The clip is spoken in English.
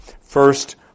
first